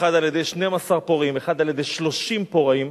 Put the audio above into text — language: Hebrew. אחד על-ידי 12 פורעים ואחד על-ידי 30 פורעים,